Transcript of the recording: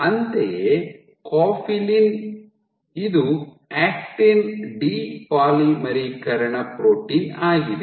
ಅಂತೆಯೇ ಕೋಫಿಲಿನ್ ಇದು ಆಕ್ಟಿನ್ ಡಿ ಪಾಲಿಮರೀಕರಣ ಪ್ರೋಟೀನ್ ಆಗಿದೆ